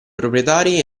proprietari